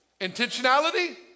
Intentionality